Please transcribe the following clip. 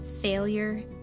failure